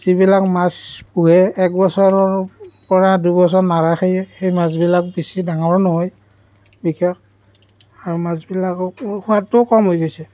যিবিলাক মাছ পোহে এক বছৰৰ পৰা দুবছৰ নাৰাখেই সেই মাছবিলাক বেছি ডাঙৰো নহয় বিশেষ আৰু মাছবিলাকৰো সোৱাদটোও কম হৈ গৈছে